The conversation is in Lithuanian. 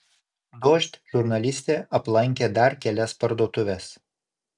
dožd žurnalistė aplankė dar kelias parduotuves